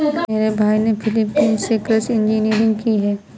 मेरे भाई ने फिलीपींस से कृषि इंजीनियरिंग की है